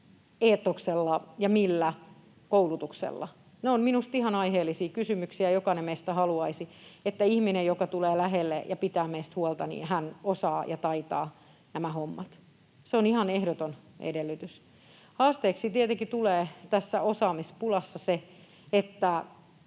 eetoksella ja millä koulutuksella. Ne ovat minusta ihan aiheellisia kysymyksiä. Jokainen meistä haluaisi, että ihminen, joka tulee lähelle ja pitää meistä huolta, osaa ja taitaa nämä hommat. Se on ihan ehdoton edellytys. Haasteeksi tietenkin tulee tässä osaamispulassa se, mistä